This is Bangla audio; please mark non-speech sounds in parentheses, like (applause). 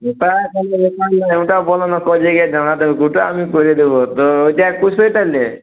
ওটা (unintelligible) ওটা বোলো না ক জায়গায় দাঁড়াতে হবে ওটা আমি করে দেবো তো ওইটা একুশশোই তাহলে